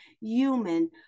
human